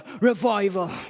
revival